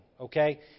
okay